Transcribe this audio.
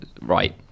Right